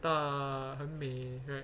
大很美